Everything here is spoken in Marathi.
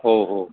हो हो